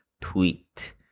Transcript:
tweet